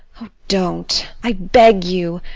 oh, don't, i beg you!